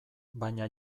baina